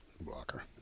Blocker